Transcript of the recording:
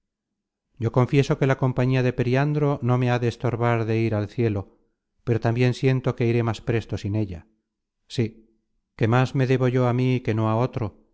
yo confieso que la compañía de periandro no me ha de estorbar de ir al cielo pero tambien siento que iré más presto sin ella sí que más me debo yo á mí que no á otro